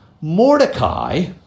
Mordecai